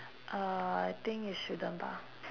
uh I think you shouldn't bah